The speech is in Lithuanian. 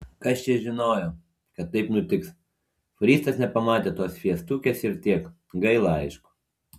kas čia žinojo kad taip nutiks fūristas nepamatė tos fiestukės ir tiek gaila aišku